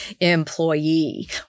employee